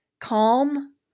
calm